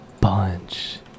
bunch